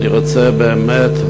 אני רוצה באמת,